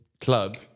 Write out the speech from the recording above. club